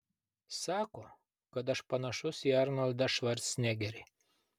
sako kad aš panašus į arnoldą švarcnegerį